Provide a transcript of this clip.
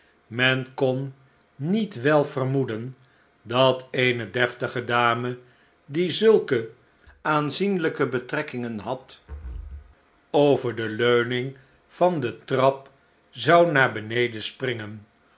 men kon niet wel vermoeden dat eene deftige dame die zulke aanzienlijke betrekkingen had over de leuning van de trap zou naar beneden springen